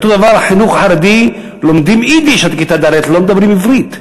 אותו דבר בחינוך החרדי לומדים יידיש עד כיתה ד' ולא מדברים עברית.